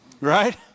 Right